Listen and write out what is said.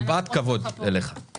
מפאת כבוד אליך.